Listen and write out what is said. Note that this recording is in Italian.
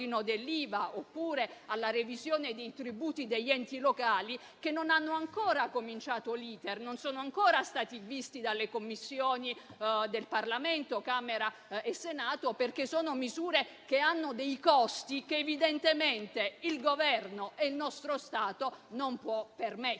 dell'IVA oppure alla revisione dei tributi degli enti locali - che non hanno ancora cominciato l'*iter* e non sono ancora stati visti dalle Commissioni del Parlamento (Camera e Senato), perché sono misure che hanno dei costi che evidentemente il Governo e il nostro Stato non possono permettersi.